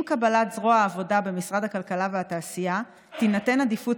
עם קבלת זרוע העבודה במשרד הכלכלה והתעשייה תינתן עדיפות